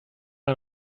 man